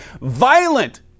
violent